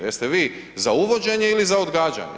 Jeste vi za uvođenje ili za odgađanje?